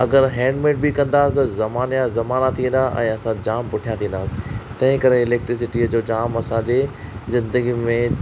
अगरि हैंडमेड बि कंदासीं त ज़माने जा ज़माना थी वेंदा ऐं असां जाम पुठियां थींदा वेंदासीं तंहिं करे इलेक्ट्रिसिटीअ जो जाम असांजे ज़िंदगीअ में